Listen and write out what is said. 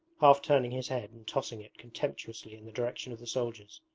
half turning his head and tossing it contemptuously in the direction of the soldiers.